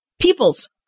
people's